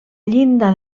llinda